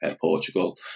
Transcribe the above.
Portugal